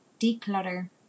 Declutter